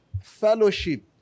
Fellowship